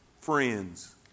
Friends